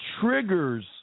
triggers